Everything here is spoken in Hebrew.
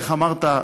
איך אמרת,